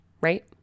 right